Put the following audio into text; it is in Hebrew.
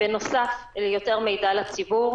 בנוסף, יותר מידע לציבור.